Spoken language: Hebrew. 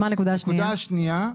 הנקודה השנייה,